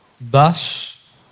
Thus